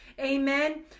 amen